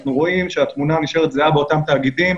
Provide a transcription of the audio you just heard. אנחנו רואים שהתמונה נשארת זהה באותם תאגידים.